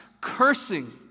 cursing